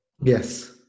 yes